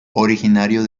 originario